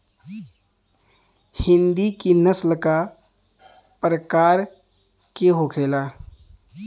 हिंदी की नस्ल का प्रकार के होखे ला?